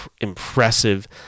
impressive